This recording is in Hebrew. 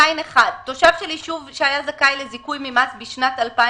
והנה הנוסח: "תיקון חוק הטבות במס וייעוץ במס (תיקוני